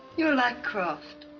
you're like kraft